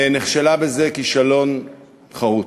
נכשלה בזה כישלון חרוץ.